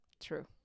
true